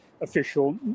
official